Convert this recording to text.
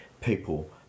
people